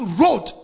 road